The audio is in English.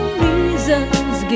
reasons